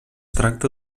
tracta